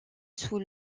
sous